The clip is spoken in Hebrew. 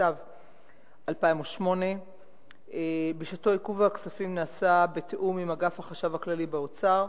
סתיו 2008. בשעתו עיכוב הכספים נעשה בתיאום עם אגף החשב הכללי באוצר